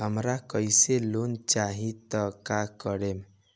हमरा कोई लोन चाही त का करेम?